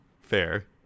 Fair